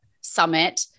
summit